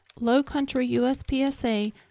LowcountryUSPSA